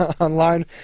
online